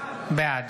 בעד